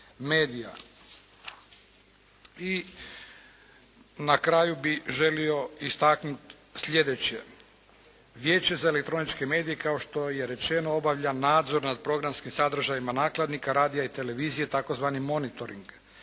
I na kraju bi želio istaknuti sljedeće. Vijeće za elektroničke medije kao što je rečeno obavlja nadzor nad programskim sadržajima nakladnika radija i televizije tzv. monitoring.